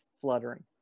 fluttering